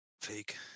Fake